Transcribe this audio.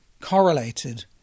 correlated